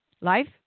Life